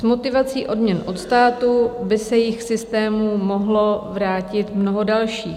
S motivací odměn od státu by se jich v systému mohlo vrátit mnoho dalších.